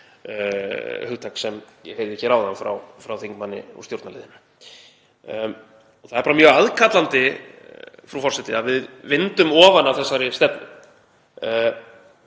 hugtak sem ég heyrði hér áðan frá þingmanni úr stjórnarliðinu. Það er bara mjög aðkallandi, frú forseti, að við vindum ofan af þessari stefnu.